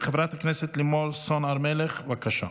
חברת הכנסת לימור סון הר מלך, בבקשה.